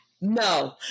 No